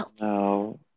No